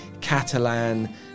Catalan